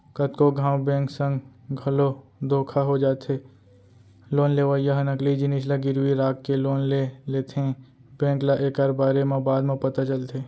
कतको घांव बेंक संग घलो धोखा हो जाथे लोन लेवइया ह नकली जिनिस ल गिरवी राखके लोन ले लेथेए बेंक ल एकर बारे म बाद म पता चलथे